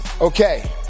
Okay